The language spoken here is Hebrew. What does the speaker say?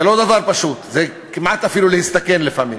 זה לא דבר פשוט, זה כמעט אפילו להסתכן לפעמים.